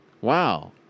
Wow